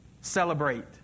Celebrate